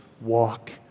walk